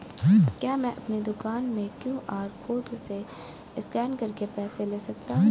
क्या मैं अपनी दुकान में क्यू.आर कोड से स्कैन करके पैसे ले सकता हूँ?